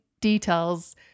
details